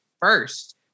first